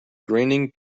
grinning